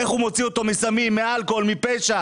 איך הוא מוציא אותו מסמים, מאלכוהול, מפשע.